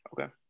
Okay